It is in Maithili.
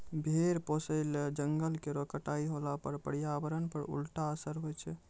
भेड़ पोसय ल जंगल केरो कटाई होला पर पर्यावरण पर उल्टा असर होय छै